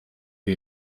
die